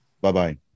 Bye-bye